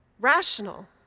rational